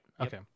okay